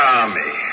army